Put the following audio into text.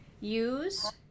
use